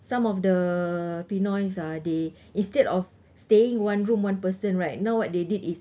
some of the pinoys ah they instead of staying one room one person right now what they did is